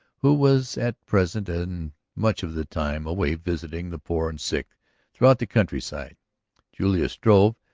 who was at present and much of the time away visiting the poor and sick throughout the countryside julius struve,